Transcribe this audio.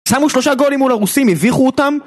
שמו שלושה גולים מול הרוסים, הביכו אותם